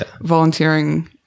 volunteering